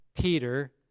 Peter